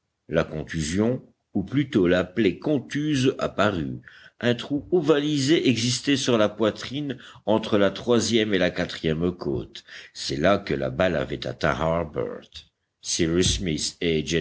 la contusion ou plutôt la plaie contuse apparut un trou ovalisé existait sur la poitrine entre la troisième et la quatrième côte c'est là que la balle avait